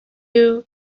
you